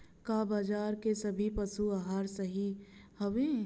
का बाजार क सभी पशु आहार सही हवें?